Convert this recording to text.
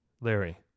Larry